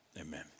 Amen